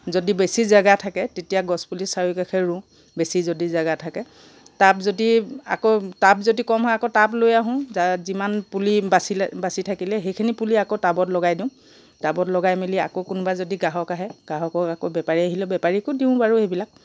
যদি বেছি জাগা থাকে তেতিয়া গছপুলি চাৰিওকাষে ৰুওঁ বেছি যদি জাগা থাকে টাব যদি আকৌ টাব যদি কম হয় আকৌ টাব লৈ আহোঁ যিমান পুলি বাচিলে বাচি থাকিলে সেইখিনি পুলি আকৌ টাবত লগাই দিওঁ টাবত লগাই মেলি আকৌ কোনোবা যদি গ্ৰাহক আহে গ্ৰাহকক আকৌ বেপাৰী আহিলে বেপাৰীকো দিওঁ বাৰু সেইবিলাক